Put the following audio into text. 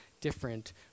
different